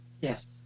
Yes